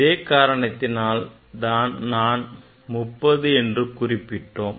இதே காரணத்தினால்தான் முன்பு நாம் 30 எனக் குறிப்பிட்டோம்